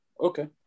okay